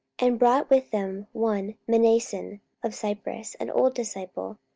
and brought with them one mnason of cyprus, an old disciple,